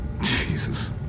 jesus